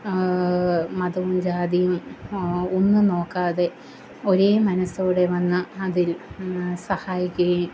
മതവും ജാതിയും ഒന്നും നോക്കാതെ ഒരേ മനസ്സോടെ വന്ന് അതില് സഹായിക്കുകയും